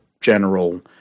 general